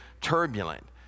turbulent